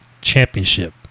Championship